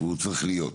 והוא צריך להיות.